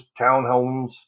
townhomes